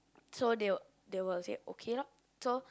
so they will they will say okay lor so